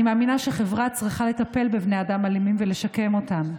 אני מאמינה שחברה צריכה לטפל בבני אדם אלימים ולשקם אותם.